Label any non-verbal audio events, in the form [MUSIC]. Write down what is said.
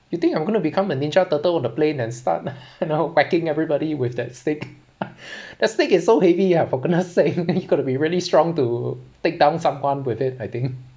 you think I'm gonna become a ninja turtle on the plane and start [LAUGHS] you know whacking everybody with that stick [LAUGHS] that stick is so heavy ah for goodness sake [LAUGHS] you gotta be really strong to take down someone with it I think